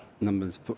numbers